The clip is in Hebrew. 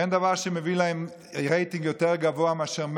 אין דבר שמביא להם רייטינג יותר גבוה מאשר מתח,